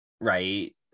right